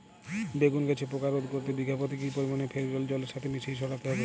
বেগুন গাছে পোকা রোধ করতে বিঘা পতি কি পরিমাণে ফেরিডোল জলের সাথে মিশিয়ে ছড়াতে হবে?